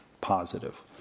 positive